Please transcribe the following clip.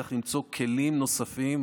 צריך למצוא כלים נוספים,